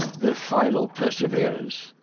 their final perserverance,